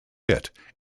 hit